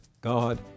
God